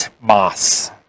moss